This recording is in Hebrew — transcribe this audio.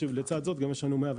לצד זאת גם יש לנו